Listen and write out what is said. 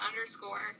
underscore